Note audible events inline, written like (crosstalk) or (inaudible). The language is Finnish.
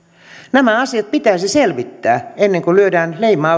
nämä asiat pitäisi selvittää ennen kuin lyödään leima (unintelligible)